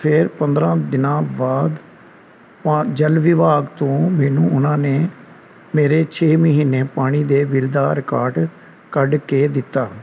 ਫਿਰ ਪੰਦਰਾਂ ਦਿਨਾਂ ਬਾਅਦ ਪਾ ਜਲ ਵਿਭਾਗ ਤੋਂ ਮੈਨੂੰ ਉਹਨਾਂ ਨੇ ਮੇਰੇ ਛੇ ਮਹੀਨੇ ਪਾਣੀ ਦੇ ਬਿਲ ਦਾ ਰਿਕਾਰਟ ਕੱਢ ਕੇ ਦਿੱਤਾ